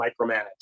micromanage